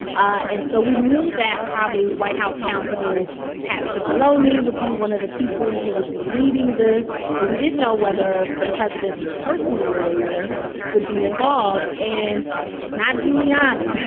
and so we knew that, probably, white house counsel pat cipollone would be one of the people who would be leading this. but we didn't know whether the president's personal lawyers would be involved. and it's not giuliani.